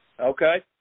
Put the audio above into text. Okay